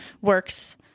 works